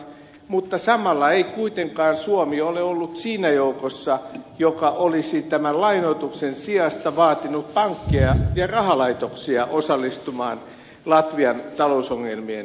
mutta samalla ei kuitenkaan suomi ole ollut siinä joukossa joka olisi tämän lainoituksen sijasta vaatinut pankkeja ja rahalaitoksia osallistumaan latvian talousongelmien ratkaisemiseen